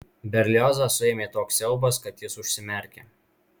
berliozą suėmė toks siaubas kad jis užsimerkė